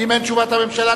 ואם אין תשובת הממשלה,